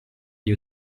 gli